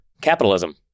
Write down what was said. Capitalism